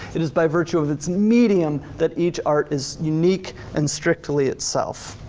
it is by virtue of its medium that each art is unique and strictly itself.